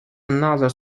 another